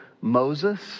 Moses